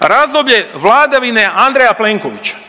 Razdoblje vladavine Andreja Plenkovića